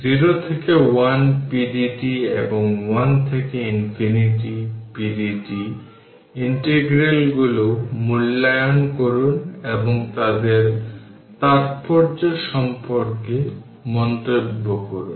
0 থেকে 1 pdt এবং 1 থেকে ইনফিনিটি pdt ইন্টেগ্রাল গুলো মূল্যায়ন করুন এবং তাদের তাত্পর্য সম্পর্কে মন্তব্য করুন